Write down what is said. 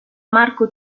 marco